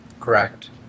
Correct